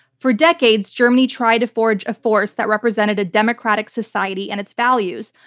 for decades, germany tried to forge a force that represented a democratic society and its values,